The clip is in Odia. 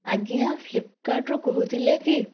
ଆଜ୍ଞା ଫ୍ଲିପ୍କାର୍ଟରୁ କହୁଥିଲେ କି